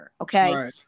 okay